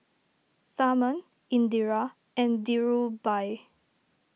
Tharman Indira and Dhirubhai